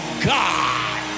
God